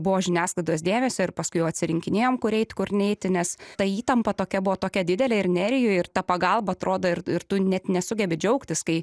buvo žiniasklaidos dėmesio ir paskui jau atsirinkinėjom kur eit kur neiti nes ta įtampa tokia buvo tokia didelė ir nerijui ir ta pagalba atrodo ir ir tu net nesugebi džiaugtis kai